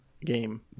game